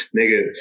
nigga